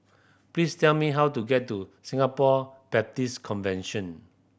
please tell me how to get to Singapore Baptist Convention